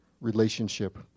relationship